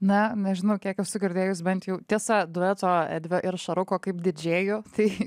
na nežinau kiek esu girdėjus bent jau tiesa dueto edvio ir šaruko kaip didžėjų tai